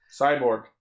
Cyborg